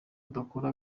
adakora